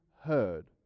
heard